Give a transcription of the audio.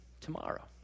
tomorrow